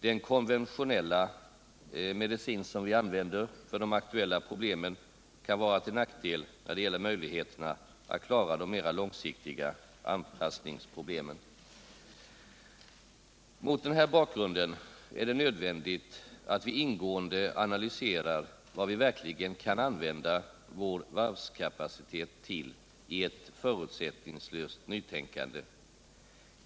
Den konventionella medicin som vi använder för de aktuella problemen kan vara till nackdel när det gäller möjligheterna att klara de mera långsiktiga anpassningsproblemen. Mot den här bakgrunden är det nödvändigt att vi ingående analyserar vad vi verkligen kan använda vår varvskapacitet till i ett förutsättningslöst nytänkande.